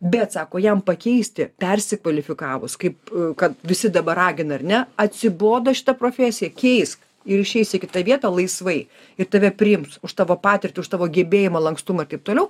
bet sako jam pakeisti persikvalifikavus kaip kad visi dabar ragina ar ne atsibodo šita profesija keisk ir išeisi į kitą vietą laisvai ir tave priims už tavo patirtį už tavo gebėjimą lankstumą taip toliau